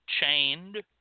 chained